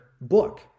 book